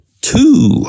two